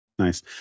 Nice